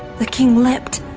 the king leapt.